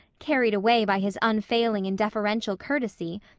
carried away by his unfailing and deferential courtesy,